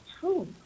true